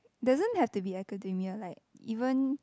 doesn't have to become academia like even